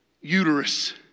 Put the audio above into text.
uterus